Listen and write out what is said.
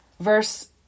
verse